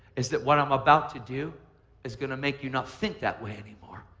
is that what i'm about to do is going to make you not think that way anymore.